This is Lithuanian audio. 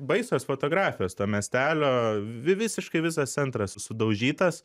baisos fotografijos to miestelio visiškai visas centras sudaužytas